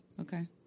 Okay